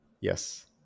Yes